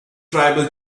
tribal